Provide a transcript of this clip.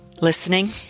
Listening